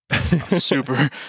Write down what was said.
super